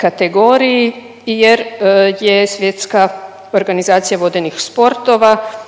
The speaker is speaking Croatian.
kategoriji jer je Svjetska organizacija vodenih sportova